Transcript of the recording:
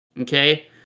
Okay